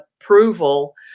approval